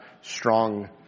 strong